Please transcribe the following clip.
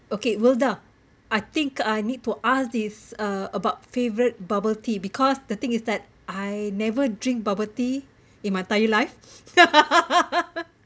okay wildah I think I need to ask these uh about favourite bubble tea because the thing is that I never drink bubble tea in my entire life